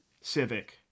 civic